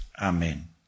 Amen